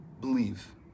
believe